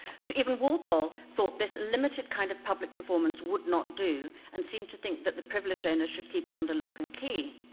so even walpole thought this limited kind of public performance would not do and seem to think that the privileged owners should keep it under lock and key.